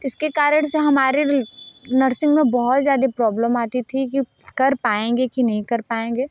इसके कारण से हमारी नर्सिंग में बहुत ज़्यादा प्रॉब्लम आती थी कि कर पाएंगे कि नहीं कर पाएंगे